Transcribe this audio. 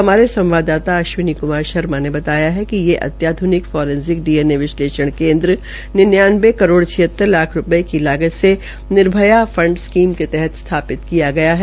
हमारे संवाददाता अश्विनी क्मार शर्मा ने बताया कि ये अत्याध्निक फोरसनिक डीएनए विश्लेषण केन्द्र निन्यानवे करोड़ छियतर लाख रूपये की लागत से निर्भया फंड स्कीम के तहत स्थापित किया गया है